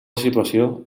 situació